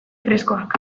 freskoak